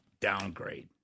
downgrade